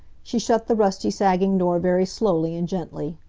she shut the rusty, sagging door very slowly and gently.